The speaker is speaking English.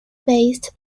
based